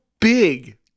big